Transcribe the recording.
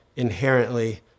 inherently